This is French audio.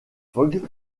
fogg